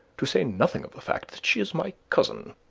to say nothing of the fact that she is my cousin.